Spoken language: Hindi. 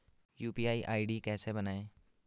यु.पी.आई आई.डी कैसे बनायें?